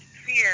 fear